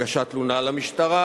הגשת תלונה למשטרה,